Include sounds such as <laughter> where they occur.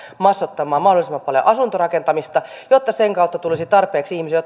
massoittamaan mahdollisimman paljon asuntorakentamista jotta sen kautta tulisi tarpeeksi ihmisiä <unintelligible>